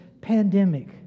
pandemic